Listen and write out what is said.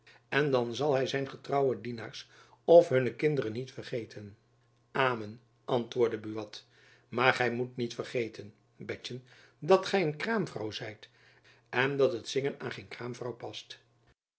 en dan zal hy zijn oude getrouwe dienaars of hunne kinderen niet vergeten amen antwoordde buat maar gy moet niet vergeten betjen dat gy een kraamvrouw zijt en dat het zingen aan geen kraamvrouw past